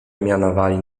mianowali